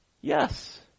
Yes